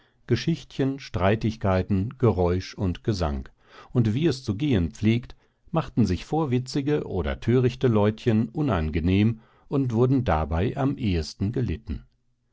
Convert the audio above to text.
geschichtchen streitigkeiten geräusch und gesang und wie es zu gehen pflegt machten sich vorwitzige oder törichte leutchen unangenehm und wurden dabei am ehesten gelitten